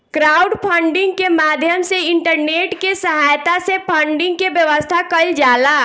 crowdfunding के माध्यम से इंटरनेट के सहायता से फंडिंग के व्यवस्था कईल जाला